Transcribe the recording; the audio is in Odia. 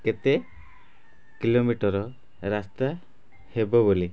କେତେ କିଲୋମିଟର ରାସ୍ତା ହେବ ବୋଲି